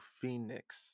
Phoenix